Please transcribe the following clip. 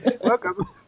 Welcome